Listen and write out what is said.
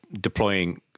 deploying